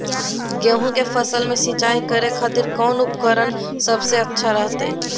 गेहूं के फसल में सिंचाई करे खातिर कौन उपकरण सबसे अच्छा रहतय?